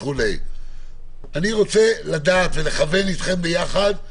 אני רוצה לדעת ולכוון איתכם יחד.